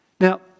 Now